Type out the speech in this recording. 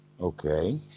Okay